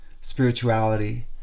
spirituality